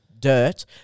dirt